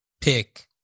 pick